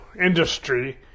industry